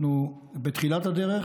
אנחנו בתחילת הדרך,